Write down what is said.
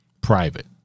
Private